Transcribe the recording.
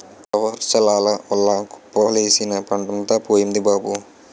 అకాలవర్సాల వల్ల కుప్పలేసిన పంటంతా పోయింది బాబూ